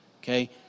Okay